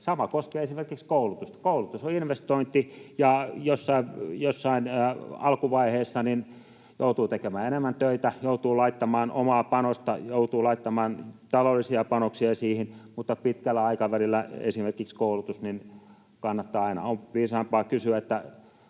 Sama koskee esimerkiksi koulutusta. Koulutus on investointi, ja jossain alkuvaiheessa joutuu tekemään enemmän töitä, joutuu laittamaan omaa panosta, joutuu laittamaan taloudellisia panoksia siihen, mutta pitkällä aikavälillä esimerkiksi koulutus kannattaa aina. On viisaampaa kysyä...